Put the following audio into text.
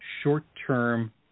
short-term